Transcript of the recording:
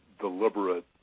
deliberate